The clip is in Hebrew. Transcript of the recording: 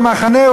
"במחנה",